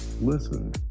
Listen